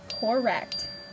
correct